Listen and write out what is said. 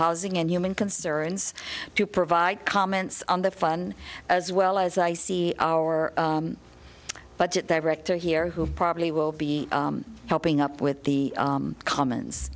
housing and human concerns to provide comments on the fun as well as i see our budget director here who probably will be popping up with the commons